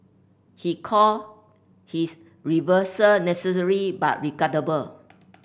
he called his reversal necessary but regrettable